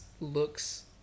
looks